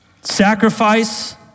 sacrifice